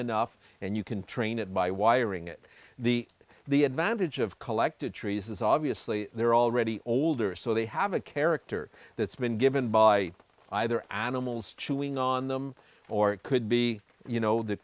enough and you can train it by wiring it the the advantage of collected trees is obviously they're already older so they have a character that's been given by either animals chewing on them or it could be you know the